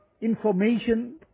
information